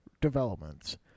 developments